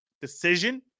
decision